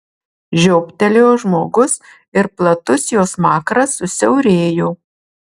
žiobtelėjo žmogus ir platus jo smakras susiaurėjo